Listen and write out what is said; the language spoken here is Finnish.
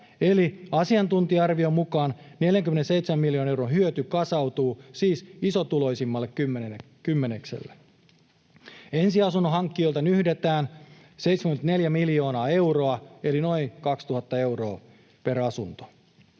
Eli asiantuntija-arvion mukaan 47 miljoonan euron hyöty kasautuu siis isotuloisimmalle kymmenykselle. Ensiasunnon hankkijoilta nyhdetään 74 miljoonaa euroa eli noin 2 000 euroa per asunto.